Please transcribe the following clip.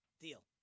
deal